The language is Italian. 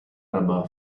araba